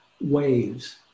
waves